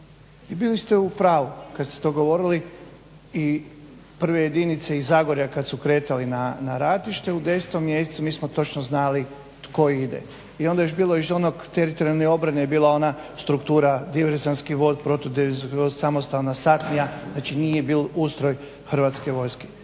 i bili ste u pravu kada ste to govorili. I prve jedinice iz Zagorja kada su kretali na ratište u 10.mjesecu mi smo točno znali tko ide. I onda je još bilo iz teritorijalne obrane je bila ona struktura diverzantski vod protu…, samostalna satnija znači nije bio ustroj Hrvatske vojske.